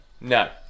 no